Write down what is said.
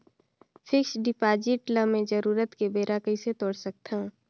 Fixed deposit ल मैं जरूरत के बेरा कइसे तोड़ सकथव?